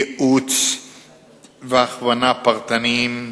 ייעוץ והכוונה פרטניים,